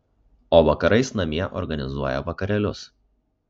o vakarais namie organizuoja vakarėlius